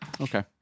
Okay